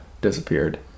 disappeared